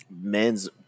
men's